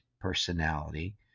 personality